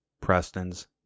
Prestons